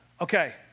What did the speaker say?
Okay